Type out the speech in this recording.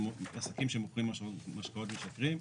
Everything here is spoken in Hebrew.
עסקים שמוכרים משקאות משכרים,